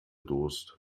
durst